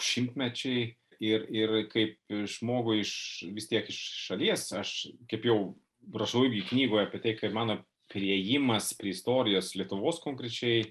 šimtmečiai ir ir kaip ir žmogui iš vis tiek iš šalies aš kaip jau rašau irgi knygoje apie tai kaip mano priėjimas prie istorijos lietuvos konkrečiai